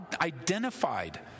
identified